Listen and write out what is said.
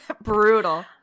Brutal